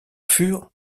furent